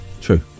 True